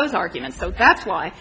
those arguments so that's why